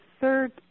third